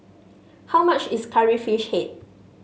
how much is Curry Fish Head